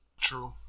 True